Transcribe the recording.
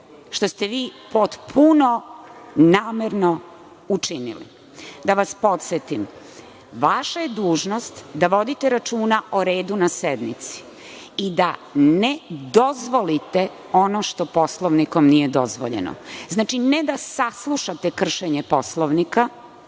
što ste vi potpuno namerno učinili. Da vas podsetim – vaša je dužnost da vodite računa o redu na sednici i da ne dozvolite ono što Poslovnikom nije dozvoljeno, znači, ne da saslušate kršenje Poslovnika,